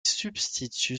substitue